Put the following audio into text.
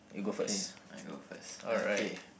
okay I go first okay